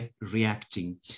reacting